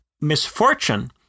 misfortune